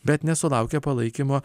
bet nesulaukė palaikymo